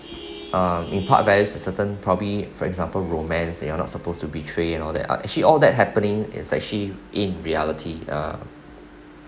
um in part by certain probably for example romance that you're not supposed to betray and all that uh actually all that happening it's actually in reality uh